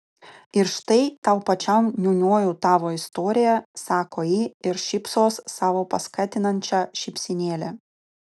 ir štai tau pačiam niūniuoju tavo istoriją sako ji ir šypsos savo paskatinančia šypsenėle